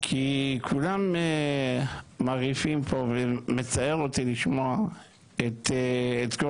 כי כולם מרעיפים פה, ומצער אותי לשמוע את כל